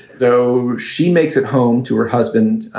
though she makes it home to her husband,